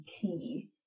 key